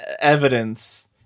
evidence